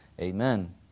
Amen